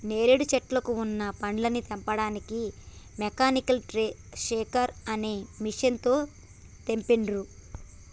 నేరేడు శెట్లకు వున్న పండ్లని తెంపడానికి మెకానికల్ ట్రీ షేకర్ అనే మెషిన్ తో తెంపిండ్రు